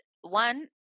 one